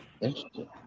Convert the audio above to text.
interesting